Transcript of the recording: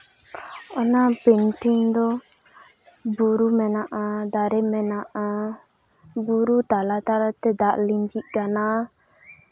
ᱚᱱᱟ ᱯᱮᱱᱴᱤᱝ ᱫᱚ ᱵᱩᱨᱩ ᱢᱮᱱᱟᱜᱼᱟ ᱫᱟᱨᱮ ᱢᱮᱱᱟᱜᱼᱟ ᱵᱩᱨᱩ ᱛᱟᱞᱟ ᱛᱟᱞᱟᱛᱮ ᱫᱟᱜ ᱞᱤᱸᱡᱤᱜ ᱠᱟᱱᱟ